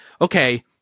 okay